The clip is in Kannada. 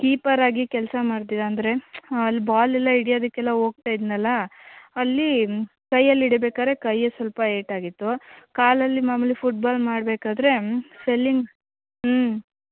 ಕೀಪರಾಗಿ ಕೆಲಸ ಮಾಡ್ತೀಯಾಂದರೆ ಅಲ್ಲಿ ಬಾಲೆಲ್ಲ ಹಿಡಿಯದಿಕೆಲ್ಲ ಹೋಗ್ತಾ ಇದ್ದನಲ್ಲ ಅಲ್ಲಿ ಕೈಯಲ್ಲಿ ಹಿಡಿಬೇಕಾರೆ ಕೈಯೇ ಸಲ್ಪ ಏಟಾಗಿತ್ತು ಕಾಲಲ್ಲಿ ಮಾಮೂಲಿ ಫುಟ್ಬಾಲ್ ಮಾಡಬೇಕಾದ್ರೆ ಸ್ವೆಲ್ಲಿಂಗ್ ಹ್ಞೂ